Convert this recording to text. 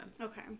Okay